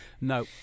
No